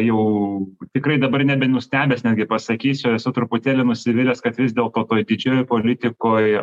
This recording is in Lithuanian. jau tikrai dabar nebe nustebęs netgi pasakysiu esu truputėlį nusivylęs kad vis dėlto toj didžiojoj politikoj